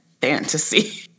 fantasy